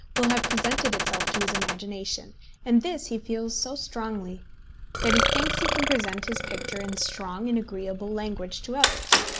will have presented itself to his imagination and this he feels so strongly that he thinks he can present his picture in strong and agreeable language to others.